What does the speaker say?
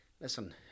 listen